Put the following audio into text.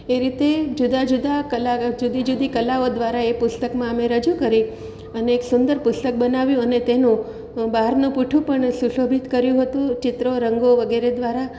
એ રીતે જુદા જુદા જુદી જુદી કલાઓ દ્વારા એ પુસ્તકમાં અમે રજૂ કરી અને એક સુંદર પુસ્તક બનાવ્યું અને તેનું બહારનું પૂઠું પણ સુશોભિત કર્યું હતું ચિત્રો રંગો વગેરે દ્વારા